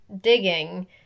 digging